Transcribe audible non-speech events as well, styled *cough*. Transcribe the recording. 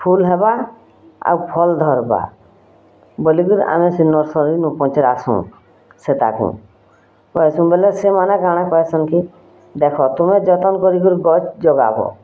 ଫୁଲ୍ ହେବା ଆଉ ଫଲ୍ ଧରିବା ବୋଲି କିରି ଆମେ ସେ ନର୍ସରୀ ନୁ ପଚାରାସୁଁ ସେ ପାଖୁ *unintelligible* ବଲେ ସେମାନେ କ'ଣ କରଛନ୍ତି କି ଦେଖ ତୁମେ ଯତ୍ନ କରି କିରି ଗଛ୍ ଜଗାବୋ